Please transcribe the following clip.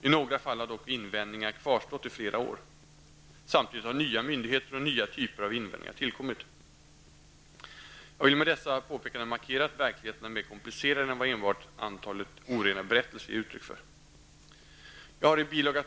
I några fall har dock invändningar kvarstått i flera år. Samtidigt har nya myndigheter och nya typer av invändningar tillkommit. Jag vill med dessa påpekanden markera att verkligheten är mer komplicerad än vad enbart antalet orena berättelser ger uttryck för. Jag har i bil.